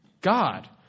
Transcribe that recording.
God